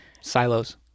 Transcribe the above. Silos